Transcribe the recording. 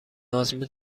آزمون